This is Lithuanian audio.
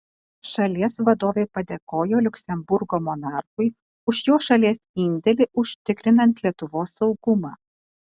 šalies vadovė padėkojo liuksemburgo monarchui už jo šalies indėlį užtikrinant lietuvos saugumą